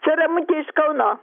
čia ramutė iš kauno